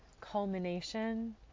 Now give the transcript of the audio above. culmination